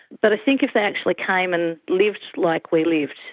but i think if they actually came and lived like we lived,